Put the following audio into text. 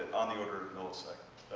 on the order of milliseconds.